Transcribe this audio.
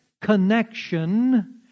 connection